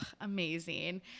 Amazing